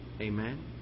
Amen